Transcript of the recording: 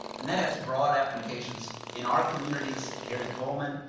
and that has broad applications in our communities here in pullman,